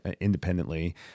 independently